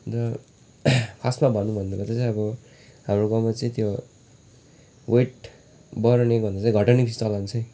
अन्त खासमा भनौँ भन्दाखेरि चाहिँ अब हाम्रो गाउँमा चाहिँ त्यो वेट बढाउनेको भन्दा चाहिँ घटाउने बेसी चलन छ है